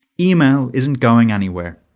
email isn't going anywhere,